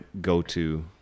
go-to